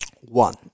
one